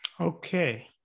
Okay